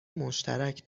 مشترک